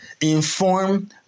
Inform